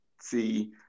see